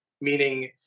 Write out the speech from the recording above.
meaning